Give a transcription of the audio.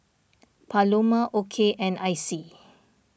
Paloma Okey and Icy